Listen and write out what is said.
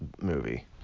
movie